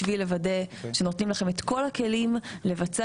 בשביל לוודא שנותנים לכם את כל הכלים לבצע